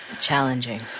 challenging